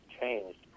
changed